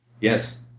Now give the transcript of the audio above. Yes